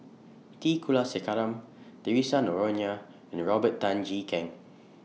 T Kulasekaram Theresa Noronha and Robert Tan Jee Keng